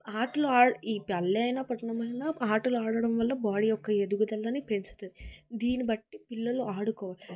ఆటలు ఆడటం ఈ పల్లె అయినా పట్నం అయినా ఆటలు ఆడటం వల్ల బాడీ యొక్క ఎదుగుదలని పెంచుతుంది దీన్ని బట్టి పిల్లలు ఆడుకోవాలి